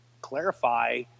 clarify